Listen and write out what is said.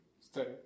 study